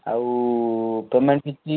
ଆଉ ତମେ କିଛି